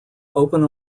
open